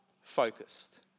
focused